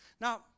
Now